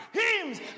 hymns